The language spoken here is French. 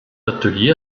ateliers